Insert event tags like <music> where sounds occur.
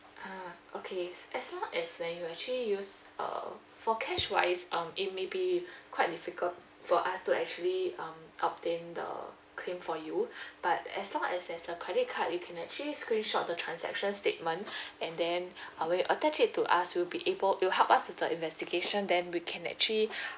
ah okay s~ as long as when you actually use err for cash wise um it may be quite difficult for us to actually um obtain the claim for you but as long as there's a credit card you can actually screenshot the transaction statement and then uh when you attach it to us it'll be able it will help us with the investigation then we can actually <breath>